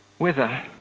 whither?